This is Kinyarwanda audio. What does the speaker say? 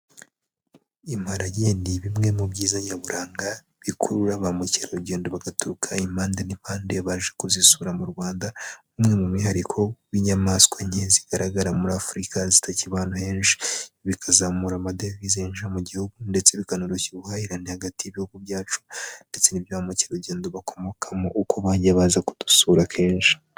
Imparage ni bimwe mu byiza nyaburanga, bikurura ba mukerarugendo bagaturuka impande n'impande baje kuzisura mu Rwanda, umwe mu mwihariko w'inyamaswa nke zigaragara muri Africa, zitakiba ahantu henshi. Bikazamura amadevize yinjira mu gihugu, ndetse bikanaroshya ubuhahirane hagati y'ibihugu byacu ndetse n'ibyo ba mukerarugendo bakomokamo, uko bagiye baza kudusura kenshi.